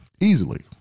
easily